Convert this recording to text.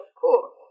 cool